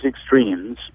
extremes